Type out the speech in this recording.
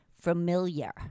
familiar